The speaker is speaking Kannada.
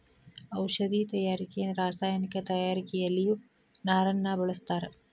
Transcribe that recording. ಔಷದಿ ತಯಾರಿಕೆ ರಸಾಯನಿಕ ತಯಾರಿಕೆಯಲ್ಲಿಯು ನಾರನ್ನ ಬಳಸ್ತಾರ